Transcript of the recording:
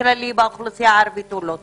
כללי באוכלוסייה הערבית אינו טוב.